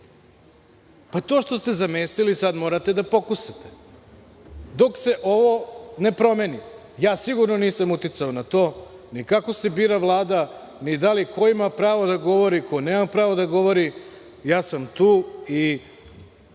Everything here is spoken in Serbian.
To što ste zamesili, sada morate da pokusate, dok se ovo ne promeni. Sigurno nisam uticao na to ni kako se bira Vlada, ni da li i ko ima pravo da govori, ko nema pravo da govori. Tu sam i